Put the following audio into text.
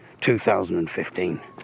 2015